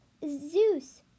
Zeus